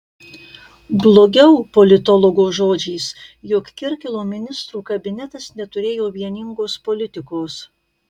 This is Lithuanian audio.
blogiau politologo žodžiais jog kirkilo ministrų kabinetas neturėjo vieningos politikos